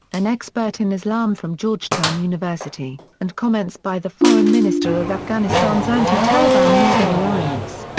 an expert in islam from georgetown university, and comments by the foreign minister of afghanistan's anti-taliban northern alliance.